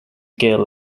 gill